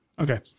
Okay